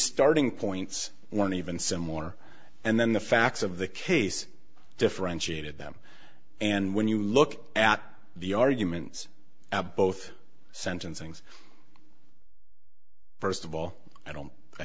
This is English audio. starting points one even some more and then the facts of the case differentiated them and when you look at the arguments both sentencings first of all i don't i